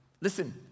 listen